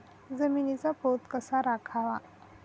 जमिनीचा पोत कसा राखावा?